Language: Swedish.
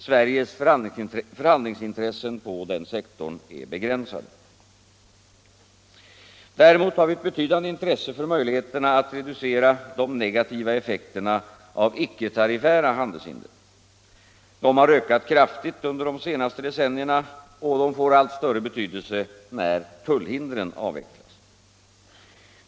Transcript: Sveriges förhandlingsintressen på denna sektor är begränsade. Däremot har vi ett betydande intresse för möjligheterna att reducera de negativa effekterna av icke-tariffära handelshinder. Dessa har ökat kraftigt under de senaste decennierna och får allt större betydelse när tullhindren avvecklas.